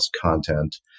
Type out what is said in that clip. content